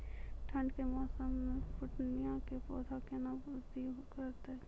ठंड के मौसम मे पिटूनिया के पौधा केना बृद्धि करतै?